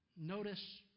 Notice